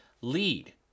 lead